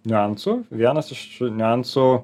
niuansų vienas iš niuansų